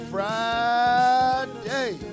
Friday